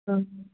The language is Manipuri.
ꯎꯝ